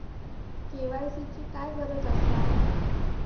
KYC ची काय गरज आसा?